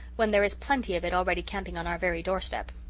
when there is plenty of it already camping on our very doorstep.